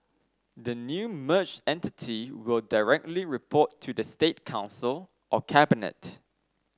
the new merged entity will directly report to the State Council or cabinet